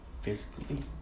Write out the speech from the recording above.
physically